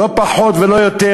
לא פחות ולא יותר,